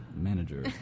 manager